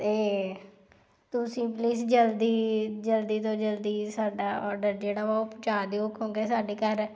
ਅਤੇ ਤੁਸੀਂ ਪਲੀਜ਼ ਜਲਦੀ ਜਲਦੀ ਤੋਂ ਜਲਦੀ ਸਾਡਾ ਆਡਰ ਜਿਹੜਾ ਉਹ ਪੁਹੰਚਾ ਦਿਓ ਕਿਉਂਕਿ ਸਾਡੇ ਘਰ